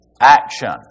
action